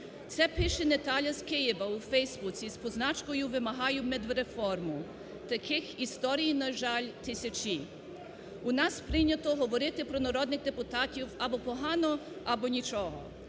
Це пише Наталя з Києва у Фейсбуці з позначкою "Вимагаю медреформу". Таких історій, на жаль, тисячі. У нас прийнято говорити про народних депутатів або погано, або нічого.